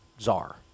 czar